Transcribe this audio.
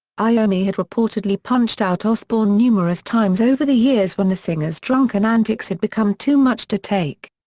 iommi had reportedly punched out osbourne numerous times over the years when the singer's drunken antics had become too much to take.